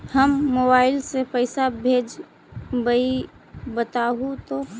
हम मोबाईल से पईसा भेजबई बताहु तो?